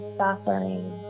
suffering